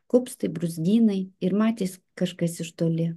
kupstai brūzgynai ir matėsi kažkas iš toli